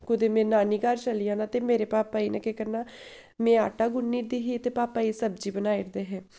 कुदै मेरी नानी घर चली जाना ते मेरे पापा जी ने केह् करना में आटा गु'न्नी ओड़दी ही ते पापा जी सब्जी बनाई 'ड़दे हे